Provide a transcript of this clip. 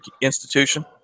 institution